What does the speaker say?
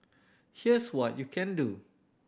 here's what you can do